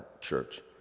church